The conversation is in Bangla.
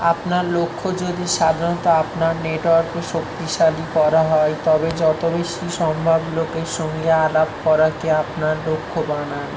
আপনার লক্ষ্য যদি সাধারণত আপনার নেটওয়ার্কে শক্তিশালী করা হয় তবে যত বেশি সম্ভব লোকের সঙ্গে আলাপ করাকে আপনার লক্ষ্য বানান